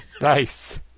Nice